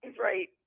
Right